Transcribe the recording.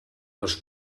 els